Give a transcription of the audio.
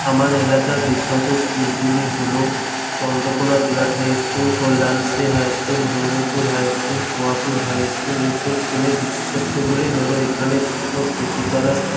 আমার এলাকার বিখ্যাত স্কুলগুলি হল Chandrakona Jirat high school Kalyanshree high school Gurukul high school high school এসব স্কুলের বিশেষত্বগুলি হল এখানে শিক্ষক শিক্ষিকারা